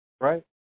right